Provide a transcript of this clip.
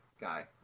guy